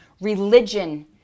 religion